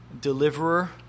deliverer